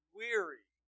weary